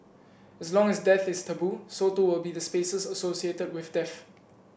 as long as death is taboo so too will be the spaces associated with death